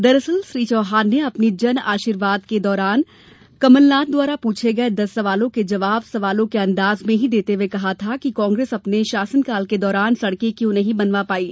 दरअसल श्री चौहान ने अपनी जन आर्शीवाद के दौरान कमलनाथ द्वारा पूछे गये दस सवालों के जवाब सवालों के अंदाज में ही देते हुये कहा था कि कांग्रेस अपने शासनकाल के दौरान सड़कें क्यों नहीं बनवा पायी